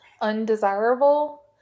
undesirable